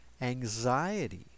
anxiety